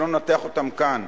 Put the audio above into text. שלא ננתח אותם כאן.